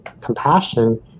compassion